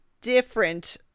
different